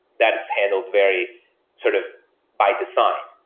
that it's handled very sort of by design.